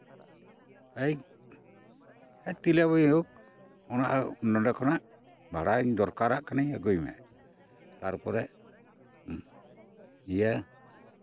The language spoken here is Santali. ᱮᱭ ᱛᱤᱞᱟᱹᱵᱟᱹᱭ ᱦᱳᱠ ᱚᱱᱟ ᱱᱚᱰᱮ ᱠᱷᱚᱱᱟᱜ ᱵᱷᱟᱲᱟᱧ ᱫᱚᱨᱠᱟᱨᱟᱜ ᱠᱟᱱᱟᱧ ᱟᱹᱜᱩᱭ ᱢᱮ ᱛᱟᱨᱯᱚᱨᱮ ᱦᱮᱸ ᱤᱭᱟᱹ